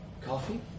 Coffee